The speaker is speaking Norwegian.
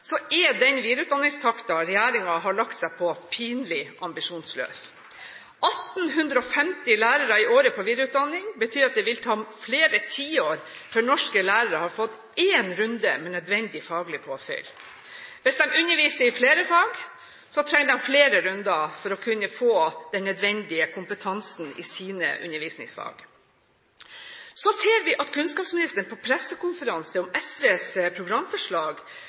er den videreutdanningstakten regjeringen har lagt seg på, pinlig ambisjonsløs – 1 850 lærere i året på videreutdanning betyr at det vil ta flere tiår før norske lærere har fått én runde med nødvendig faglig påfyll. Hvis de underviser i flere fag, trenger de flere runder for å kunne få den nødvendige kompetansen i sine undervisningsfag. Så ser vi at kunnskapsministeren på pressekonferanse om SVs programforslag